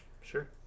Sure